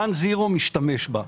one zero, משתמש בה.